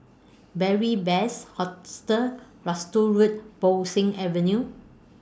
Beary Best Hostel Road Bo Seng Avenue